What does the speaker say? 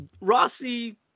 Rossi